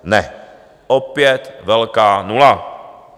Ne, opět velká nula.